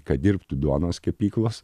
kad dirbtų duonos kepyklos